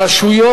אדוני היושב-ראש,